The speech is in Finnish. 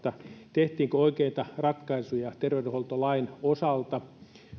tehtiinkö oikeita ratkaisuja terveydenhuoltolain osalta